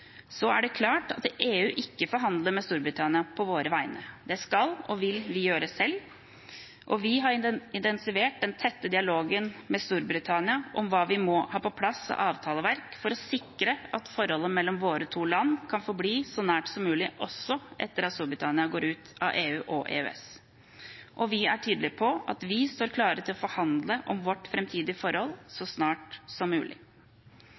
Så er det klart at EU ikke forhandler med Storbritannia på våre vegne – det skal og vil vi gjøre selv. Vi har intensivert den tette dialogen med Storbritannia om hva vi må ha på plass av avtaleverk for å sikre at forholdet mellom våre to land kan forbli så nært som mulig også etter at Storbritannia går ut av EU og EØS. Vi er tydelige på at vi står klare til å forhandle om vårt framtidige forhold så snart som mulig.